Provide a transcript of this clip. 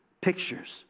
pictures